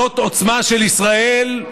זאת עוצמה של ישראל.